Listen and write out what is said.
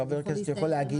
חבר כנסת יכול להגיש,